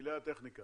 כן, פלאי הטכניקה.